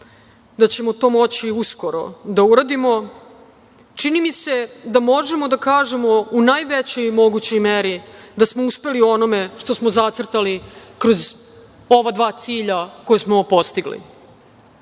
da ćemo to moći uskoro da uradimo. Čini mi se da možemo da kažemo u najvećoj mogućoj meri da smo uspeli u onome što smo zacrtali kroz ova dva cilja kojima smo ovo postigli. Naš